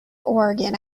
oregon